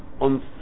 on